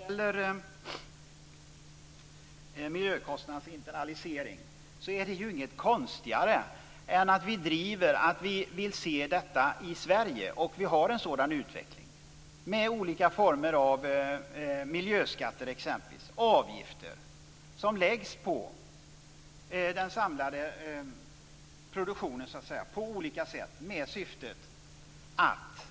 Herr talman! Det är inte konstigare än att vi driver frågan att vi vill se miljökostnadernas internalisering i Sverige. Vi har en sådan utveckling, med olika former av miljöskatter och avgifter, exempelvis, som läggs på den samlade produktionen på olika sätt med syftet att